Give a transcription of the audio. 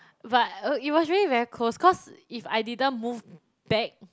but oh it was really very close cause if I didn't move back